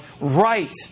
right